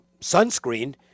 sunscreen